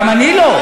גם אני לא.